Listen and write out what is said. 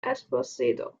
esposito